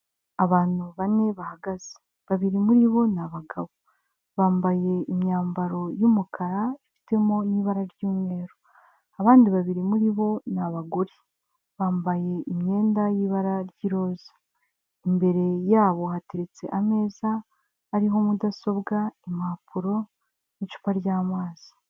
Abantu bane bahagaze babiri muri bo ni abagabo, bambaye imyambaro y'umukara ifitemo n'ibara ry'umweru, abandi babiri muri bo ni abagore bambaye imyenda y'ibara ry'iroza, imbere yabo hateretse ameza ariho mudasobwa, impapuro n'icupa ry'amazi.